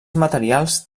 materials